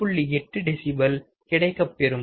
8 decibel கிடைக்கப்பெறும்